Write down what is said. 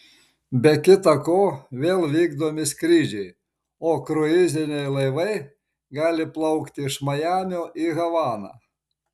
be kita ko vėl vykdomi skrydžiai o kruiziniai laivai gali plaukti iš majamio į havaną